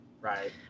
Right